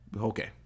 okay